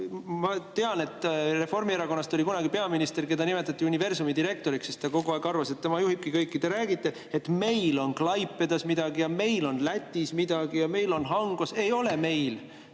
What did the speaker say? Ma tean, et Reformierakonnast oli kunagi peaminister, keda nimetati universumi direktoriks, sest ta kogu aeg arvas, et tema juhibki kõike. Te räägite, et meil on Klaipedas midagi ja meil on Lätis midagi ja meil on Hankos midagi.